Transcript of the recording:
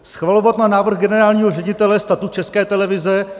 schvalovat na návrh generálního ředitele Statut České televize;